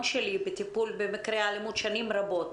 שלי בטיפול במקרי אלימות במשך שנים רבות,